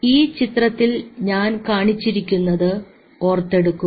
ഈ ചിത്രത്തിൽ ഞാൻ കാണിച്ചിരുന്നത് ഓർത്തെടുക്കുക